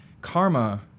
karma